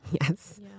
Yes